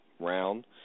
round